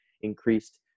increased